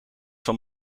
van